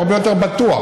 הוא הרבה יותר בטוח.